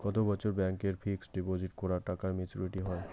কত বছরে ব্যাংক এ ফিক্সড ডিপোজিট করা টাকা মেচুউরিটি হয়?